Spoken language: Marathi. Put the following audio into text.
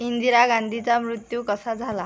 इंदिरा गांधीचा मृत्यू कसा झाला